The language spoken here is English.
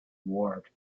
ward